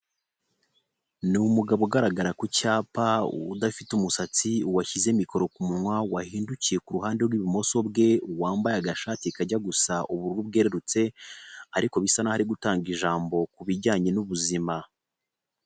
Ni umugabo ugaragara ku cyapa, udafite umusatsi, washyize mikoro ku munwa, wahindukiye kuru ruhande rw'ibumoso bwe, wambaye agashati kajya gusa ubururu bwerurutse ariko bisa n'aho aringutanga ijambo ku bijyanye n'ubuzima.